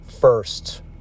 first